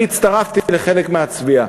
אני הצטרפתי לחלק מהצביעה.